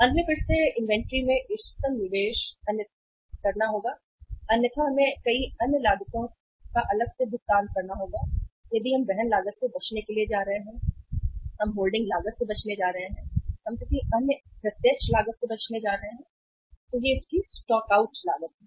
अंत में फिर से इन्वेंट्री में इष्टतम निवेश अन्यथा हमें कई अन्य लागतों से अलग भुगतान करना होगा यदि हम वहन लागत से बचने के लिए जा रहे हैं हम होल्डिंग लागत से बचने जा रहे हैं हम किसी अन्य प्रत्यक्ष लागत से बचने जा रहे हैं इसकी स्टॉक आउट लागत है